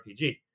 RPG